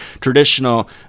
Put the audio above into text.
traditional